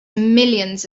millions